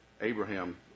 Abraham